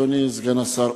אדוני סגן השר,